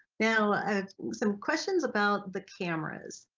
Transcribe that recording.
now some questions about the cameras,